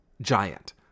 Giant